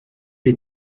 les